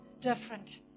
different